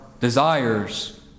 desires